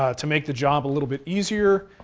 ah to make the job a little bit easier,